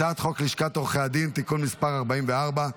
הצעת חוק לשכת עורכי הדין (תיקון מס' 44),